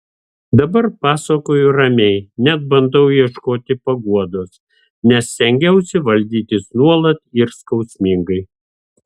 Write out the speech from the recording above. dabar pasakoju ramiai net bandau ieškoti paguodos nes stengiausi valdytis nuolat ir skausmingai